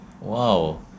Wow